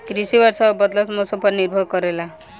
कृषि वर्षा और बदलत मौसम पर निर्भर करेला